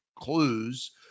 clues